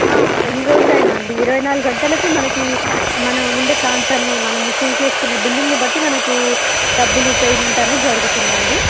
ఎన్ని రోజులైనా అండి ఇరవై నాలుగు గంటలకి మనకి మనం ఉండే ప్రాంతాన్ని మనము చూస్ చేసుకున్న బిల్డింగ్ని బట్టి మనకు డబ్బులు పేమెంట్ అనేది జరుగుతుంది అండి